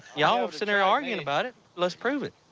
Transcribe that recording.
ya'll sitting here arguing about it, let's prove it.